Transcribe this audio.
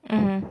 mmhmm